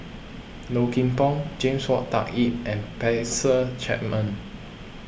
Low Kim Pong James Wong Tuck Yim and Spencer Chapman